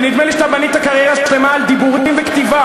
כי נדמה לי שאתה בנית קריירה שלמה על דיבורים וכתיבה,